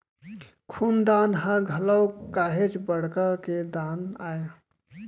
खून दान ह घलोक काहेच बड़का के दान आय